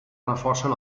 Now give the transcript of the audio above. reforcen